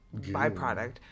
byproduct